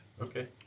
Okay